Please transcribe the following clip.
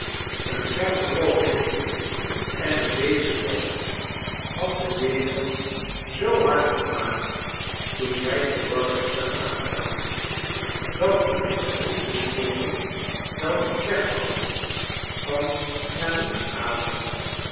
een scherpe droge wind en een beetje vorst had de wegen zoo hard gemaakt toen wij te worcester aankwamen dat hun gegroefde sporen wel iets weghadden van